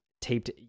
Taped